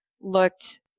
Looked